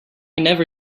never